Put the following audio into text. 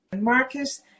Marcus